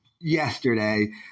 yesterday